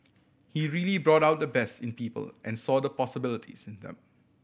he really brought out the best in people and saw the possibilities in them